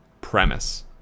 premise